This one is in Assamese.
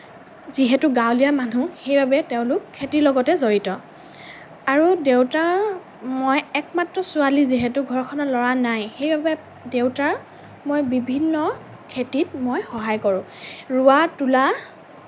যিহেতু গাঁৱলীয়া মানুহ সেইবাবে তেওঁলোক খেতিৰ লগতে জড়িত আৰু দেউতাৰ মই একমাত্ৰ ছোৱালী যিহেতু ঘৰখন ল'ৰা নাই সেইবাবে দেউতাক মই বিভিন্ন খেতিত মই সহায় কৰোঁ ৰোৱা তোলা